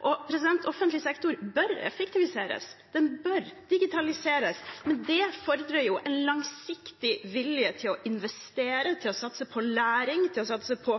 Offentlig sektor bør effektiviseres. Den bør digitaliseres. Men det fordrer en langsiktig vilje til å investere, til å satse på læring, til å satse på